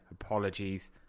Apologies